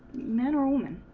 men or women